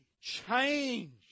change